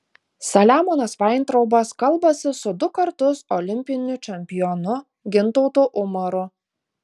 saliamonas vaintraubas kalbasi su du kartus olimpiniu čempionu gintautu umaru